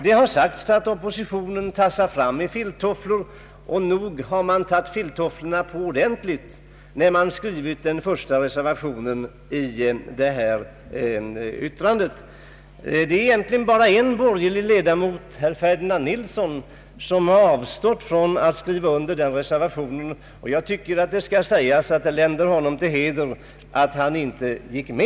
Det har sagts att oppositionen tassar fram i filttofflor, och nog har de oppositionsmän tagit på filttofflorna ordentligt som skrivit den första reservationen till det här utlåtandet. En borgerlig ledamot, herr Ferdinand Nilsson, har avstått från att skriva under den reservationen, vilket jag tycker länder honom till heder.